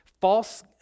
false